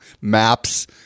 Maps